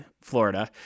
Florida